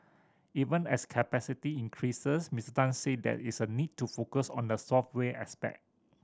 even as capacity increases Mister Tan said there is a need to focus on the software aspect